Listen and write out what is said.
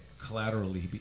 collaterally